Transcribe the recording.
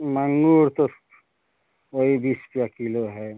माँगूर तो वही बीस रुपये किलो है